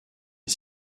est